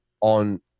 on